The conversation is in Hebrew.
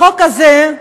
החוק הזה,